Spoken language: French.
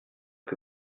que